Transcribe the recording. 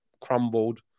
crumbled